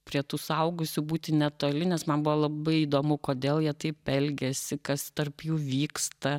prie tų suaugusių būti netoli nes man buvo labai įdomu kodėl jie taip elgiasi kas tarp jų vyksta